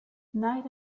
night